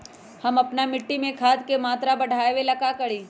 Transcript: हम अपना मिट्टी में खाद के मात्रा बढ़ा वे ला का करी?